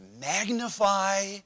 magnify